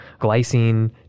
glycine